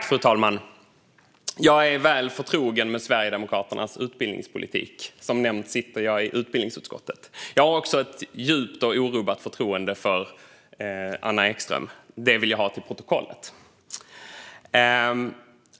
Fru talman! Jag är väl förtrogen med Sverigedemokraternas utbildningspolitik. Som nämnts sitter jag i utbildningsutskottet. Jag har också ett djupt och orubbat förtroende för Anna Ekström. Det vill jag ha fört till protokollet.